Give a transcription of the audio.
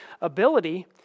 ability